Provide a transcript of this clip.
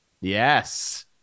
Yes